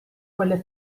quelle